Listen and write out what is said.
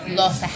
lost